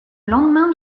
lendemain